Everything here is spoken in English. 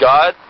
God